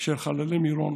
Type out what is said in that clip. של חללי מירון